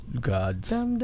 God's